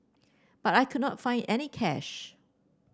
but I could not find any cash